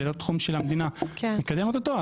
זה לא תחום שהמדינה מקדמת אותו.